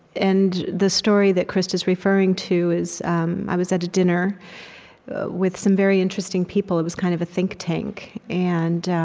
and the story that krista's referring to is um i was at a dinner with some very interesting people. it was kind of a think tank. and